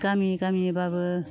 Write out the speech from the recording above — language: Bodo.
गामि गामिबाबो